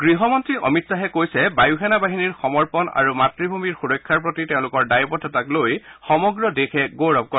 গৃহমন্ত্ৰী অমিত শ্বাহে কৈছে বায়ুসেনা বাহিনীৰ সমৰ্পণ আৰু মাতৃভূমিৰ সুৰক্ষাৰ প্ৰতি তেওঁলোকৰ দ্বায়বদ্ধতাক লৈ সমগ্ৰ দেশে গৌৰৱ কৰে